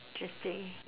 interesting